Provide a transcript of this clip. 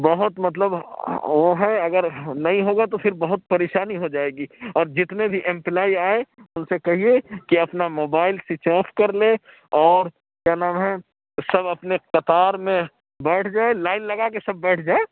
بہت مطلب وہ ہے اگر نہیں ہوگا تو پھر بہت پریشانی ہو جائے گی اور جتنے بھی امپلائی آئیں اُن سے کہیے کہ اپنا موبائل سویچ آف کر لیں اور کیا نام ہے سب اپنے قطار میں بیٹھ جائے لائن لگا کے سب بیٹھ جائے